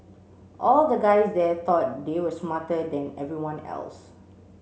all the guys there thought they were smarter than everyone else